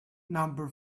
number